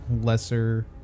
lesser